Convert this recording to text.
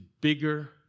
bigger